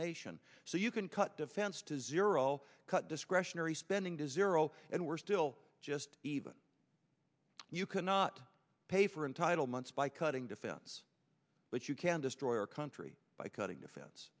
nation so you can cut defense to zero cut discretionary spending to zero and we're still just even you cannot pay for entitlements by cutting defense but you can destroy our country by cutting defense